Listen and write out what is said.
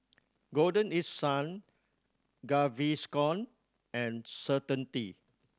Golden East Sun Gaviscon and Certainty